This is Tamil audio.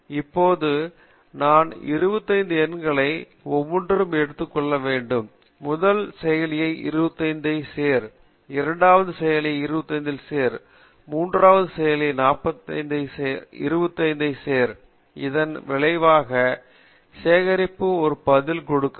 இப்போது நான் 25 எண்களின் ஒவ்வொன்றும் எடுத்துக் கொள்ள வேண்டும் முதல் செயலியை 25 ஐ சேர்க்க இரண்டாவது செயலியை 25 ஐ சேர்க்க மூன்றாவது செயலி 25 ஐ சேர்க்கவும் அதன் விளைவாக சேகரிக்கவும் ஒரு பதில் கொடுக்கவும்